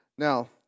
Now